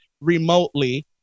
remotely